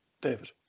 David